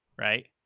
right